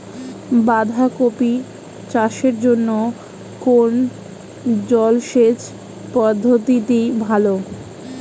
বাঁধাকপি চাষের জন্য কোন জলসেচ পদ্ধতিটি ভালো?